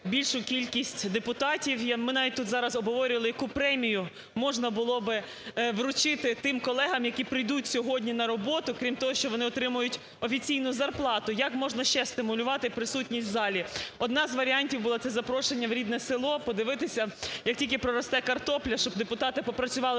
більшу кількість депутатів. Ми навіть тут зараз обговорювали, яку премію можна було би вручити тим колегам, які прийдуть сьогодні на роботу, крім того, що вони отримують офіційну зарплату. Як можна ще стимулювати присутність в залі. Одним з варіантів було це запрошення в рідне село подивитися, як тільки проросте картопля, щоб депутати попрацювали